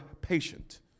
patient